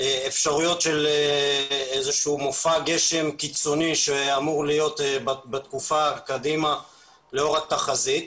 אפשרויות של מופע גשם קיצוני שאמור להיות בתקופה קדימה לאור התחזית.